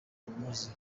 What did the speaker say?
bamuzi